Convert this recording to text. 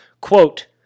Quote